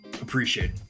appreciate